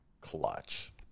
clutch